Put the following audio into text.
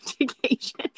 education